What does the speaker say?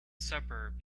suburb